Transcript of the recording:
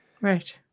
Right